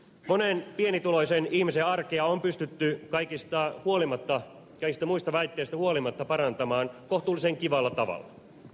monen pienituloisen ihmisen arkea on pystytty kaikista muista väitteistä huolimatta parantamaan kohtuullisen kivalla tavalla